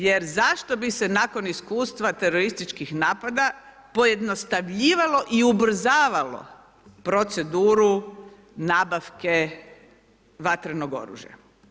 Jer zašto bi se nakon iskustva terorističkih napada pojednostavljivalo i ubrzavalo proceduru nabavke vatrenog oružja?